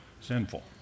sinful